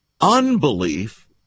Unbelief